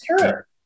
Sure